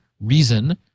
reason